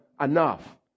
enough